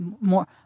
more